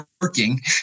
working